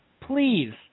Please